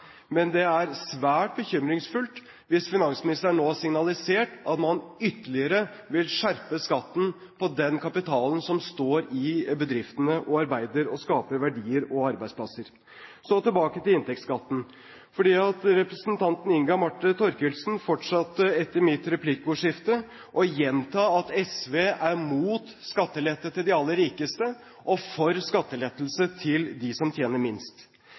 svært bekymringsfullt hvis finansministeren nå har signalisert at man ytterligere vil skjerpe skatten på den kapitalen som står i bedriftene og arbeider og skaper verdier og arbeidsplasser. Så til inntektsskatten. Representanten Inga Marte Thorkildsen fortsatte etter mitt replikkordskifte å gjenta at SV er mot skattelette til de aller rikeste og for skattelettelser til dem som tjener minst.